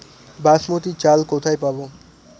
বাসমতী চাল কোথায় পাবো?